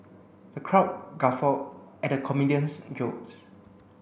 the crowd guffawed at the comedian's jokes